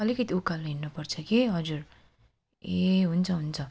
अलिकति उकालो हिँड्नु पर्छ कि हजुर ए हुन्छ हुन्छ